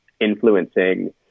influencing